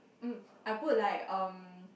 uh I put like uh